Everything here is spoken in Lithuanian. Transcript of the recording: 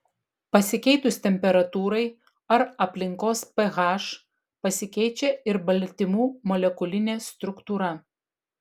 pasikeitus temperatūrai ar aplinkos ph pasikeičia ir baltymų molekulinė struktūra